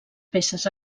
peces